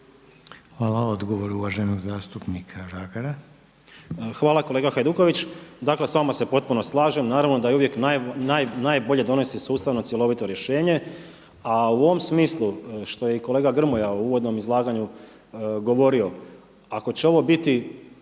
Hvala odgovor uvaženog zastupnika Žagara. **Žagar, Tomislav (Nezavisni)** Dakle s vama se potpuno slažem, naravno da je uvijek najbolje donesti sustavno cjelovito rješenje a u ovom smislu što je i kolega Grmoja u uvodnom izlaganju govorio, ako će ovo biti